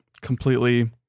completely